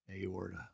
aorta